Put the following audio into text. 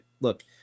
Look